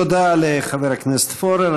תודה לחבר הכנסת פורר.